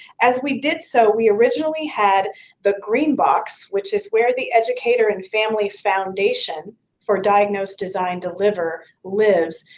as we did so, we originally had the green box, which is where the educator and family foundation for diagnose, design, deliver lives,